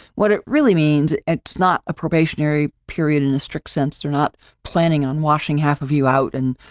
what it really means it's not a probationary period in the strict sense, they're not planning on washing half of you out and,